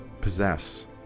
possess